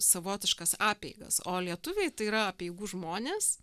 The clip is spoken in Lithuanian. savotiškas apeigas o lietuviai tai yra apeigų žmonės